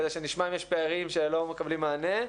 כדי שנשמע אם יש פערים שלא מקבלים מענה.